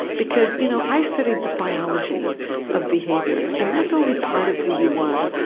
because you know i studied the biology of behaviour and that's only part of who you are,